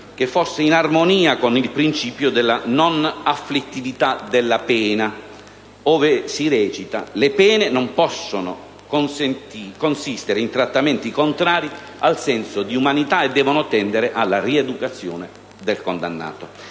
che fosse in armonia con il principio della non afflittività della pena, ove recita: «Le pene non possono consistere in trattamenti contrari al senso di umanità e devono tendere alla rieducazione del condannato».